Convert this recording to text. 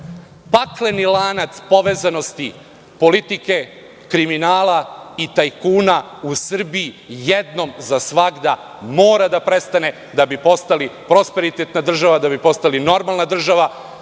Pakleni lanac povezanosti politike, kriminala i tajkuna u Srbiji jednom za svagda mora da prestane, da bi postali prosperitetna država, da bi postali normalna država,